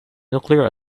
nuclear